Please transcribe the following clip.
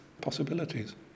possibilities